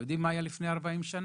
אתם יודעים מה היה לפני 40 שנה?,